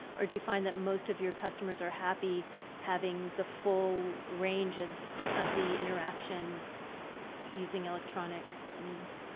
or do you find that most of your customers are happy having the full range of of the interaction using electronic means?